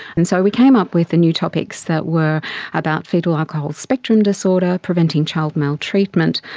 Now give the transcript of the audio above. and so we came up with and new topics that were about fetal alcohol spectrum disorder, preventing child maltreatment,